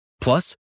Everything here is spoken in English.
Plus